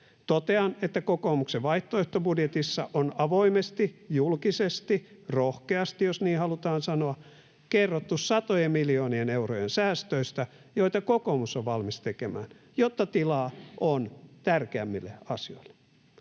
Totean, että kokoomuksen vaihtoehtobudjetissa on avoimesti, julkisesti, rohkeasti, jos niin halutaan sanoa, kerrottu satojen miljoonien eurojen säästöistä, joita kokoomus on valmis tekemään, jotta tilaa on tärkeämmille asioille.